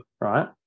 right